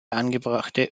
angebrachte